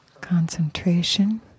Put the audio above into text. concentration